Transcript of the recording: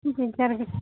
ସାରି